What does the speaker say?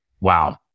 Wow